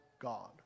God